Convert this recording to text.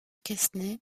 quesnay